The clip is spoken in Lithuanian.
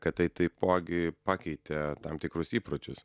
kad tai taipogi pakeitė tam tikrus įpročius